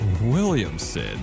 Williamson